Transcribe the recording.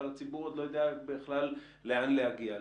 אבל הציבור עוד לא יודע בכלל לאן להגיע.